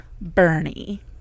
Bernie